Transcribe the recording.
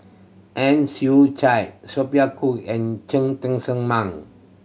Ang Chwee Chai Sophia Cooke and Cheng Tsang Man